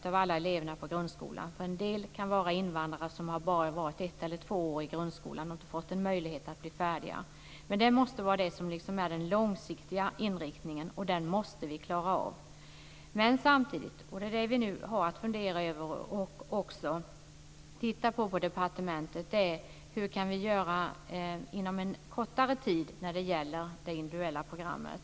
Jag vill inte säga 100 %, för det kan finnas en del invandrare som bara har varit ett eller två år i grundskolan och inte fått en möjlighet att bli färdiga. Men det måste vara detta som är den långsiktiga inriktningen, och den måste vi klara av. Samtidigt måste vi nu på departementet fundera över och titta på hur vi kan göra inom en kortare tid när det gäller det individuella programmet.